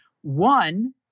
One